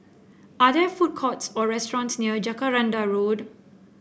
are there food courts or restaurants near Jacaranda Road